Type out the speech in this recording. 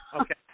Okay